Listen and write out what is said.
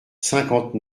cinquante